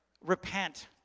repent